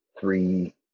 three